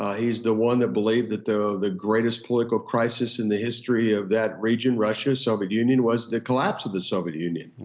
ah he's the one that believed that the the greatest political crisis in the history of that region russia, soviet union, was the collapse of the soviet union.